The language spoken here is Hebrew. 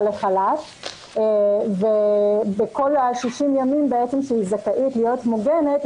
לחל"ת ובמשך כל ה-60 ימים שהיא זכאית להיות מוגנת,